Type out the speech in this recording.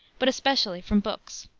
but especially from books.